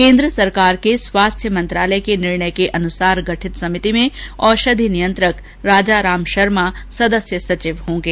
केन्द्र सरकार के स्वास्थ्य मंत्रालय के निर्णयानुसार गठित समिति में औषधि नियंत्रक राजाराम शर्मा सदस्य सचिव होंगे